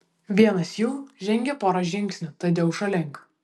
vienas jų žengė porą žingsnių tadeušo link